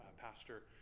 pastor